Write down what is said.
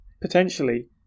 potentially